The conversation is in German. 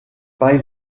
bei